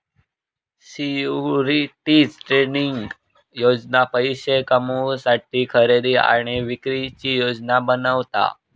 securities trading योजना पैशे कमवुसाठी खरेदी आणि विक्रीची योजना बनवता